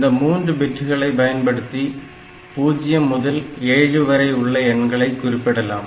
இந்த மூன்று பிட்களை பயன்படுத்தி 0 முதல் 7 வரை உள்ள எண்களை குறிப்பிடலாம்